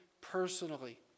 personally